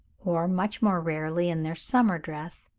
or much more rarely in their summer dress,